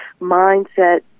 mindset